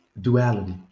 Duality